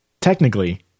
Technically